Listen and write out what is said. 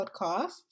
podcast